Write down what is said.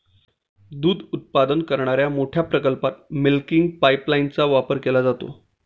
दूध उत्पादन करणाऱ्या मोठ्या प्रकल्पात मिल्किंग पाइपलाइनचा वापर केला जातो